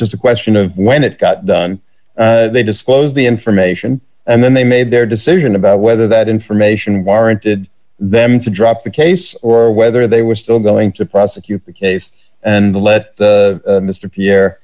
just a question of when it got done they disclose the information and then they made their decision about whether that information warranted them to drop the case or whether they were still going to prosecute the case and let